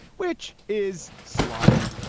which is sloppy.